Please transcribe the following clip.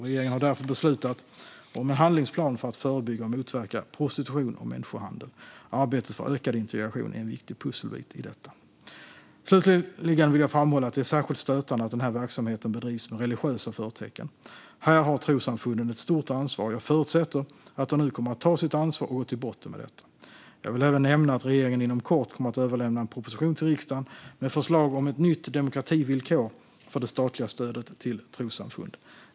Regeringen har därför beslutat om en handlingsplan för att förebygga och motverka prostitution och människohandel. Arbetet för ökad integration är en viktig pusselbit i detta. Slutligen vill jag framhålla att det är särskilt stötande att den här verksamheten bedrivs med religiösa förtecken. Här har trossamfunden ett stort ansvar, och jag förutsätter att de nu kommer att ta sitt ansvar och gå till botten med detta. Jag vill även nämna att regeringen inom kort kommer att överlämna en proposition till riksdagen med förslag om ett nytt demokrativillkor för det statliga stödet till trossamfund.